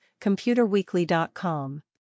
ComputerWeekly.com